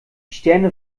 sterne